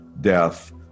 death